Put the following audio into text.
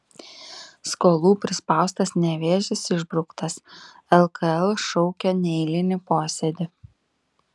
skolų prispaustas nevėžis išbrauktas lkl šaukia neeilinį posėdį